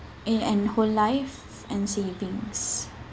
and y~ and whole life and savings